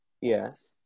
Yes